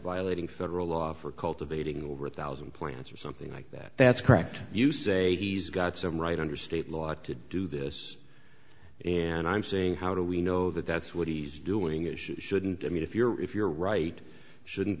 violating federal law for cultivating over a thousand points or something like that that's correct you say he's got some right under state law to do this and i'm saying how do we know that that's what he's doing issue shouldn't i mean if you're if you're right shouldn't